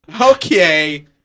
Okay